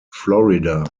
florida